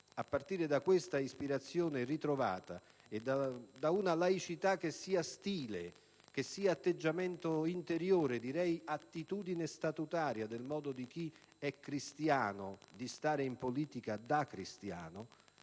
A partire da questa ispirazione ritrovata e da una laicità che sia stile, atteggiamento interiore, direi attitudine "statutaria" del modo di chi è cristiano di stare in politica da cristiano,